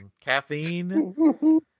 caffeine